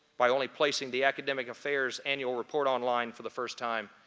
by only placing the academic affairs annual report online for the first time,